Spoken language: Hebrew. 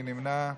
מי נמנע?